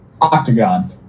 Octagon